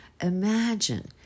Imagine